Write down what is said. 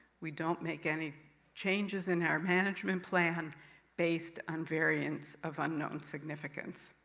we don't make any changes in our management plan based on variants of unknown significance.